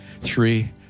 Three